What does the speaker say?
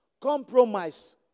Compromise